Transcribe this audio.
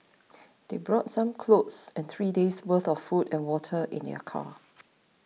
they brought some clothes and three days worth of food and water in their car